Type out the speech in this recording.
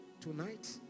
Tonight